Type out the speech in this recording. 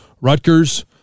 Rutgers